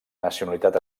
nacionalitat